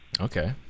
Okay